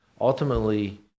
ultimately